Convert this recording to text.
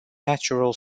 natural